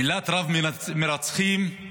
המילה "רב-מרצחים"